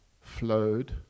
flowed